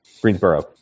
Greensboro